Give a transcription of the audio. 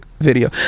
video